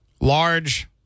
large